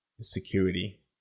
security